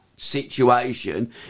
situation